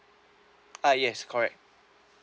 ah yes correct